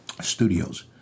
Studios